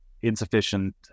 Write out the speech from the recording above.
insufficient